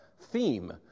theme